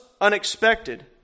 unexpected